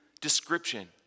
description